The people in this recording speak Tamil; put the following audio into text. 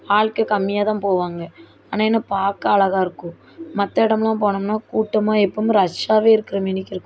ஆட்கள் கம்மியாக தான் போவாங்க ஆனால் என்ன பார்க்க அழகா இருக்கும் மற்ற இடம்லாம் போனோம்னா கூட்டமாக எப்போதுமே ரஷ்ஷாகவே இருக்க மேனிக்கு இருக்கும்